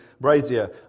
brazier